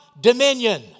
dominion